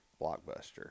Blockbuster